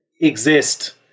exist